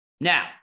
Now